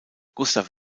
gustav